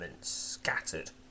scattered